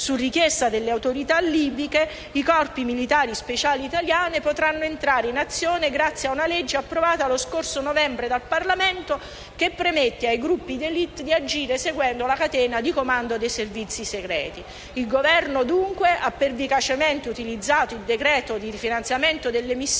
su richiesta delle autorità libiche, i corpi militari speciali italiani potranno entrare in azione grazie ad una legge approvata lo scorso novembre dal Parlamento, che permette ai gruppi di *élite* di agire seguendo la catena di comando dei servizi segreti. Il Governo, dunque, ha pervicacemente utilizzato il decreto di rifinanziamento delle missioni